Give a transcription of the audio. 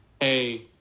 hey